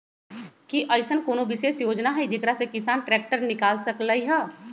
कि अईसन कोनो विशेष योजना हई जेकरा से किसान ट्रैक्टर निकाल सकलई ह?